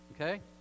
Okay